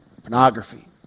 Pornography